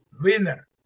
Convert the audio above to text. winner